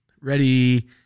Ready